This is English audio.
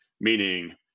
meaning